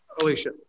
Alicia